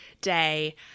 day